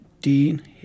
Dean